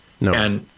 No